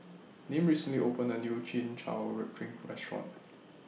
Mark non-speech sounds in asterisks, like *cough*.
Nim recently opened A New Chin Chow *unintelligible* Drink Restaurant